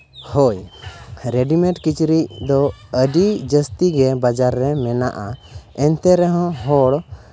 ᱦᱳᱭ ᱨᱮᱰᱤᱢᱮᱰ ᱠᱤᱪᱨᱤᱡ ᱫᱚ ᱟᱹᱰᱤ ᱡᱟᱹᱥᱛᱤ ᱜᱮ ᱵᱟᱡᱟᱨ ᱨᱮ ᱢᱮᱱᱟᱜᱼᱟ ᱮᱱᱛᱮ ᱨᱮᱦᱚᱸ ᱦᱚᱲ